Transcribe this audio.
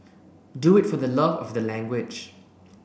do it for the love of the language